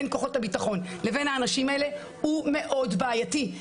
בין כוחות הביטחון לבין האנשים האלה היא מאוד בעייתית.